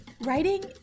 Writing